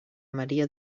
maria